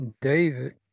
David